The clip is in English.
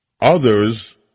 Others